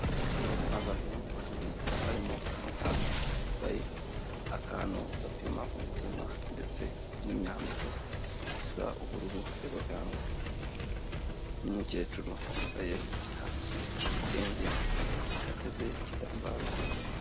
Abantu babiri harimo umuganga wambaye akantu gapima umutima ndetse n'imyambaro isa ubururu y'abaganga, umukecuru wambaye ikanzu y'igitenge ateze igitambaro mu mutwe.